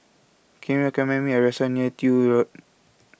Can YOU recommend Me A Restaurant near Tiew Road